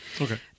okay